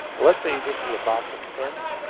but let's say you just need box of pens.